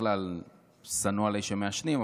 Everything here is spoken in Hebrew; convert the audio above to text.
בכלל שנוא עליי שמעשנים,